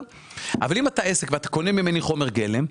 אם אתה עסק ואתה קונה ממני חומר גלם,